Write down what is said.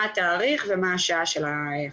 מה התאריך ומה השעה של החשיפה.